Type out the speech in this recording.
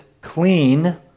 clean